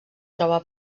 troba